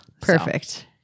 Perfect